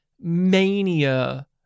mania